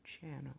channel